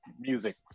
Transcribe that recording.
music